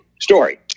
story